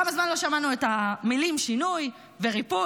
כמה זמן לא שמענו את המילים שינוי וריפוי.